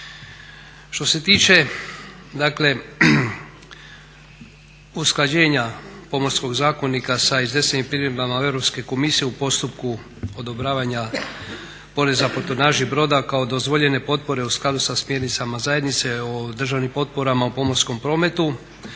Što se tiče dakle usklađenja Pomorskog zakonika sa iznesenim primjedbama Europske komisije u postupku odobravanja poreza po tonaži broda kao dozvoljene potpore u skladu sa smjernicama zajednice, o državnim potporama u pomorskom prometu.